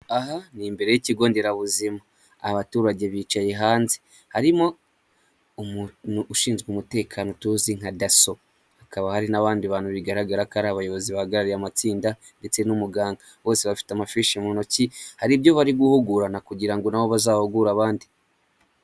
Aha ni imbere y'ikigo nderabuzima. Abaturage bicaye hanze harimo umuntu ushinzwe umutekano tuzi nka daso, hakaba hari n'abandi bantu bigaragara ko ari abayobozi bahagarariye amatsinda ndetse n'umuganga bose bafite amafishi mu ntoki, hari ibyo bari guhugurana kugirango na bo bazahugure abandi.